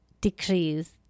decrease